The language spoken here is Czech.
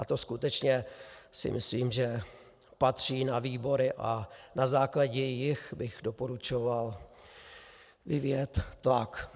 To skutečně si myslím, že patří na výbory, a na základě nich bych doporučoval vyvíjet tlak.